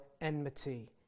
enmity